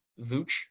vooch